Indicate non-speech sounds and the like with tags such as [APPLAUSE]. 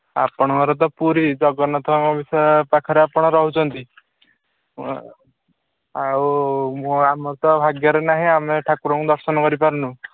ଆପଣଙ୍କର ତ ପୁରୀ ଜଗନ୍ନାଥଙ୍କ [UNINTELLIGIBLE] ପାଖରେ ଆପଣ ରହୁଛନ୍ତି ଆଉ ମୁଁ ଆମର ତ ଭାଗ୍ୟରେ ନାହିଁ ଆମେ ଠାକୁରଙ୍କୁ ଦର୍ଶନ କରିପାରୁନୁ